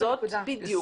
זאת בדיוק הנקודה.